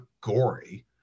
gory